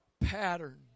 pattern